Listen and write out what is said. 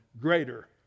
greater